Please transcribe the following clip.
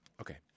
Okay